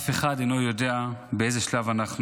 אף אחד אינו יודע באיזה שלב אנחנו.